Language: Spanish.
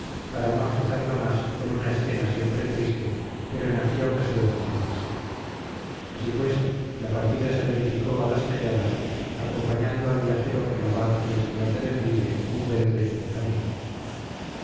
para no agitarla más con una escena siempre triste pero en aquella ocasión mucho más así pues la partida se verificó a las calladas acompañando al viajero el abad y el señor de bembibre un buen trecho de camino